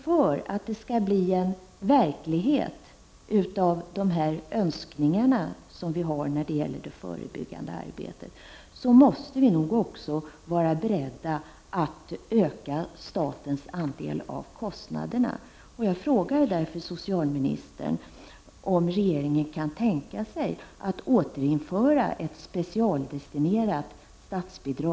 För att det skall bli möjligt att förverkliga de önskningar som vi har när det gäller det förebyggande arbetet måste vi nog också vara beredda att öka statens andel av kostnaderna.